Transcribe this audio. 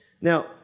Now